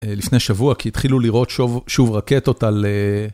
לפני שבוע, כי התחילו לראות שוב רקטות על...